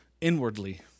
inwardly